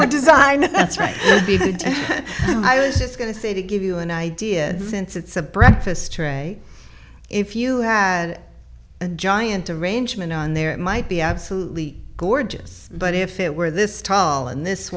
because i was just going to say to give you an idea since it's a breakfast tray if you had a giant arrangement on there it might be absolutely gorgeous but if it were this tall and this